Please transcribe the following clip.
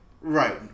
Right